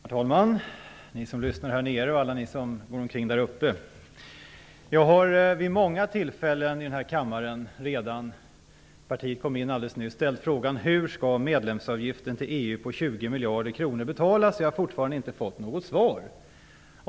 Herr talman! Ni som lyssnar här nere och alla ni som går omkring där uppe! Jag har redan vid många tillfällen i den här kammaren - partiet kom in alldeles nyss - ställt frågan om hur medlemsavgiften till EU på 20 miljarder kronor betalas. Jag har fortfarande inte fått något svar.